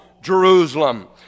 Jerusalem